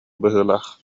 быһыылаах